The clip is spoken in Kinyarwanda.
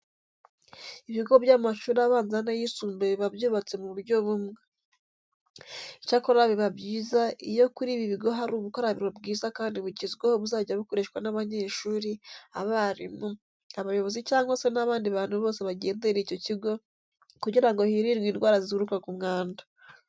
Ibigo by'amashuri abanza n'ayisumbuye biba byubatse mu buryo bumwe. Icyakora biba byiza iyo kuri ibi bigo hari ubukarabiro bwiza kandi bugezweho buzajya bukoreshwa n'abanyeshuri, abarimu, abayobozi cyangwa se n'abandi bantu bose bagenderera icyo kigo kugira ngo hirindwe indwara zituruka ku mwanda.